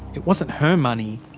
it wasn't her money.